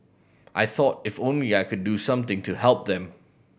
I thought if only I could do something to help them